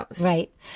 Right